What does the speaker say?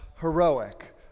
heroic